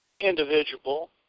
individual